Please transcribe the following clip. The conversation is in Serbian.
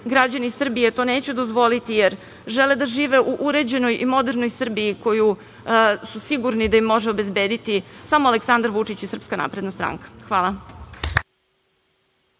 građani Srbije to neće dozvoliti, jer žele da žive u uređenoj i modernoj Srbiji za koju su sigurni da im može obezbediti samo Aleksandar Vučić i Srpska napredna stranka.